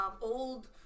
old